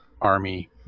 army